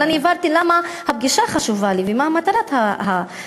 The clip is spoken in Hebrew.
אבל אני הבהרתי למה הפגישה חשובה לי ומה מטרת הפגישה.